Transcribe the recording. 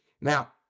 Now